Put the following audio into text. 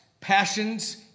passions